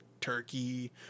turkey